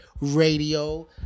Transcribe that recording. Radio